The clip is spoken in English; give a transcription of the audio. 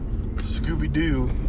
Scooby-Doo